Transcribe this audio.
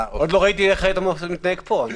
עוד לא ראיתי איך אתה מתנהג פה.